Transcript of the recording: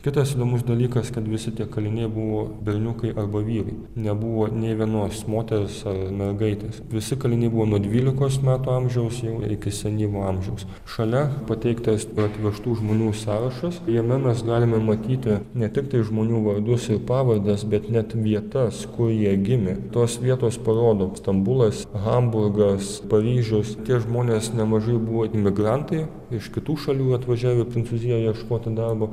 kitas įdomus dalykas kad visi tie kaliniai buvo berniukai arba vyrai nebuvo nė vienos moters ar mergaitės visi kaliniai buvo nuo dvylikos metų amžiaus jau iki senyvo amžiaus šalia pateiktas atvežtų žmonių sąrašas jame mes galime matyti ne tiktai žmonių vardus ir pavardes bet net vietas kur jie gimė tos vietos parodo stambulas hamburgas paryžius tie žmonės nemažai buvo imigrantai iš kitų šalių atvažiavę prancūzijoje ieškoti darbo